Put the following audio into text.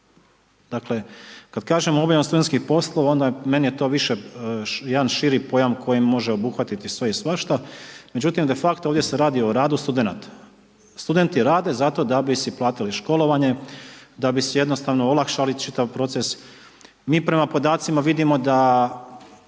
Dakle, kada kažemo obavljanje studentskih poslova, onda, meni je to više širi pojam koji obuhvatiti sve i svašta. Međutim, de facto ovdje se radi o radu studenata. Studenti rade zato da bi si platili školovanje, da bi si jednostavno olakšali čitav proces. Mi prema podacima vidimo da